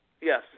Yes